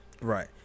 Right